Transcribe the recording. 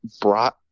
brought